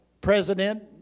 president